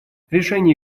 решение